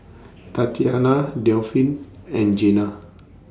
Tatyanna Delphine and Jena